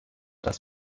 das